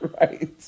Right